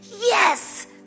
yes